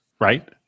right